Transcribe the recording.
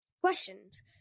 questions